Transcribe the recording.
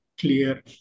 clear